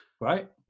right